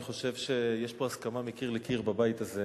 אני חושב שיש פה הסכמה מקיר לקיר בבית הזה